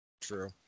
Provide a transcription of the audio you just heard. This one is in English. True